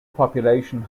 population